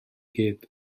gyd